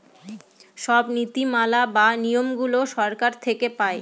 সব নীতি মালা বা নিয়মগুলো সরকার থেকে পায়